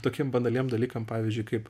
tokiem banaliem dalykam pavyzdžiui kaip